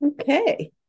Okay